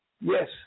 Yes